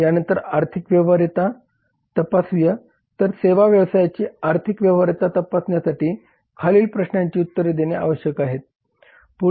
यानंतर आर्थिक व्यवहार्यता तपासुया तर सेवा व्यवसायाची आर्थिक व्यवहार्यता तपासण्यासाठी खालील प्रश्नांची उत्तरे देणे आवश्यक आहे